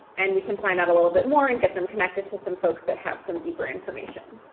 and we can find out a little bit more and get them connected to some folks that have some deeper information.